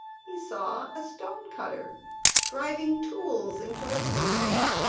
he saw a stone-cutter driving tools into his surface.